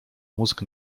mózg